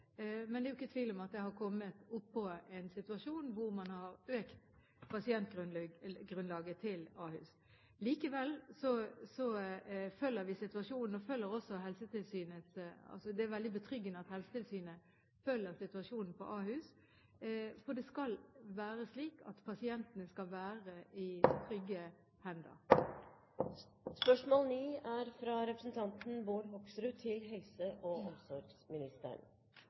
Men det er ingen tvil om at det har kommet oppå en situasjon hvor man har økt pasientgrunnlaget til Ahus. Likevel følger vi situasjonen, og det er veldig betryggende at Helsetilsynet følger situasjonen på Ahus, for det skal være slik at pasientene skal være i trygge hender. Spørsmålet til helseministeren er: «Saken om den lille gutten som har sykdommen APVS, har vakt sterke reaksjoner i lang tid. Foreldrene til